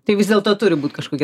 tai vis dėlto turi būt kažkokia